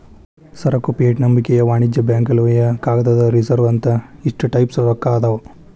ಸರಕು ಫಿಯೆಟ್ ನಂಬಿಕೆಯ ವಾಣಿಜ್ಯ ಬ್ಯಾಂಕ್ ಲೋಹೇಯ ಕಾಗದದ ರಿಸರ್ವ್ ಅಂತ ಇಷ್ಟ ಟೈಪ್ಸ್ ರೊಕ್ಕಾ ಅದಾವ್